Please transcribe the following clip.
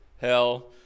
hell